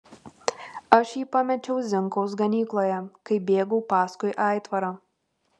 aš jį pamečiau zinkaus ganykloje kai bėgau paskui aitvarą